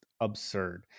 absurd